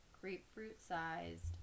grapefruit-sized